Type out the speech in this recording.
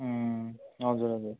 हजुर हजुर